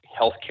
healthcare